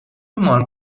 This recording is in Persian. مارک